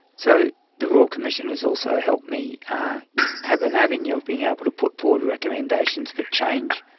so the royal commission has also helped me have an avenue of being able to put forward recommendations for change,